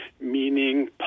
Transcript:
meaning